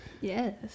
Yes